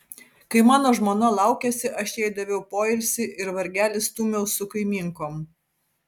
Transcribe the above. kai mano žmona laukėsi aš jai daviau poilsį ir vargelį stūmiau su kaimynkom